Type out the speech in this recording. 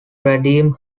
redeem